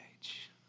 age